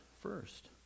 first